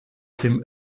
dem